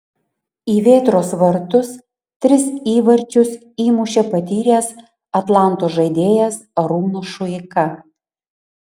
į vėtros vartus tris įvarčius įmušė patyręs atlanto žaidėjas arūnas šuika